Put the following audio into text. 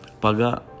Paga